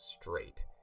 straight